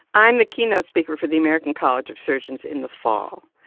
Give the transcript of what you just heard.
i'm the keynote speaker for the american college of surgeons in the fall.